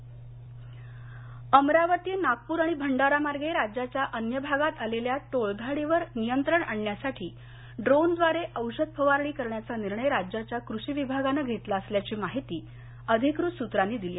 टोळधाड ड्रोन अमरावती नागपूर आणि भंडारामार्गे राज्याच्या अन्य भागात आलेल्या टोळधाडीवर नियंत्रण आणण्यासाठी ड्रोनद्वारे औषध फवारणी करण्याचा निर्णय राज्याच्या कृषी विभागानं घेतला असल्याची माहिती अधिकृत सूत्रांनी दिली